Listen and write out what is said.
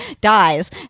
dies